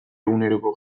eguneroko